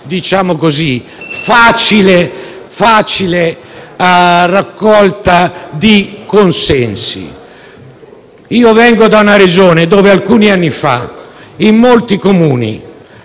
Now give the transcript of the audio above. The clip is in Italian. degli applausi e della facile raccolta di consensi. Io vengo da una Regione dove alcuni anni fa, in molti Comuni